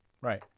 Right